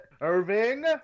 Irving